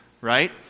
right